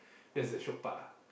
that's the shiok part ah